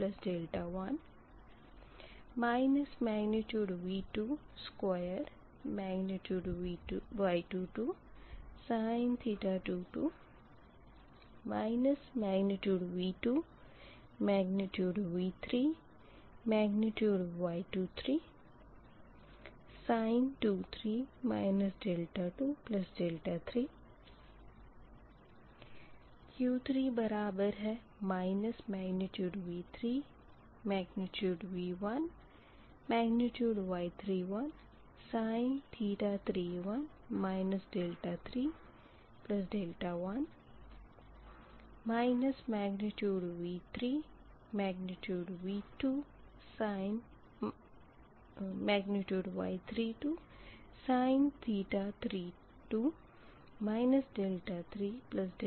इसके बाद dp2 d3 है जो कि बराबर है V3V2Y32sin 32 23 के